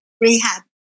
rehab